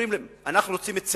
אומרים להם: אנחנו רוצים צדק.